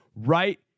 Right